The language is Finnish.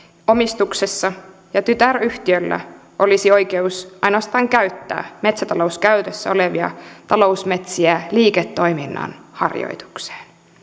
omistuksessa ja tytäryhtiöllä olisi oikeus ainoastaan käyttää metsätalouskäytössä olevia talousmetsiä liiketoiminnan harjoittamiseen